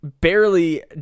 barely